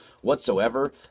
whatsoever